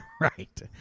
Right